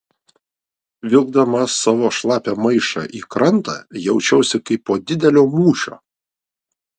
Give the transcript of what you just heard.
vilkdama savo šlapią maišą į krantą jaučiausi kaip po didelio mūšio